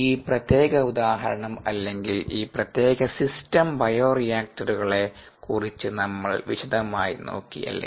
ഈ പ്രത്യേക ഉദാഹരണം അല്ലെങ്കിൽ ഈ പ്രത്യേക സിസ്റ്റം ബയോറിയാക്ടറുകളെ കുറിച്ച് നമ്മൾ വിശദമായി നോക്കി അല്ലേ